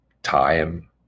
time